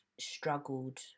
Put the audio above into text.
struggled